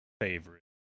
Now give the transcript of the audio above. favorite